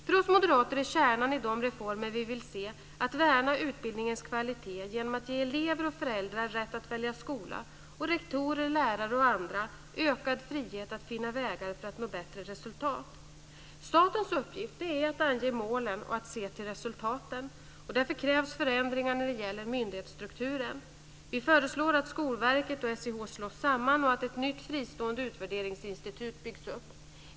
För oss moderater är kärnan i de reformer vi vill se att värna utbildningens kvalitet genom att ge elever och föräldrar rätt att välja skola och rektorer, lärare och andra i skolorna ökad frihet att finna vägar att nå bättre resultat. Statens uppgift är att ange målen och se till resultaten. Därför krävs förändringar när det gäller myndighetsstrukturen. Vi föreslår att Skolverket och SIH slås samman och att ett nytt fristående utvärderingsinstitut byggs upp.